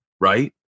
right